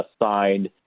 assigned